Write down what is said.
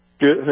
Good